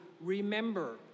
remember